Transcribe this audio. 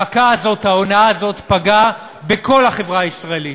המכה הזאת, ההונאה הזאת, פגעה בכל החברה הישראלית,